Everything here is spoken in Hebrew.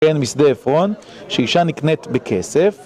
כן, משדה עפרון, שאישה נקנית בכסף.